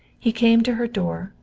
he came to her door,